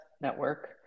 network